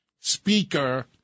Speaker